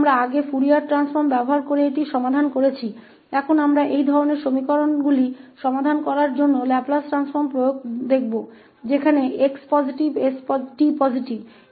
हमने पहले Fourier transform का उपयोग करके इसे हल किया है अब हम ऐसे समीकरणों को हल करने के लिए लैपलेस ट्रांसफॉर्म के आवेदन को देखेंगे जहां x सकारात्मक है t सकारात्मक है